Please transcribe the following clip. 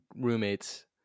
roommates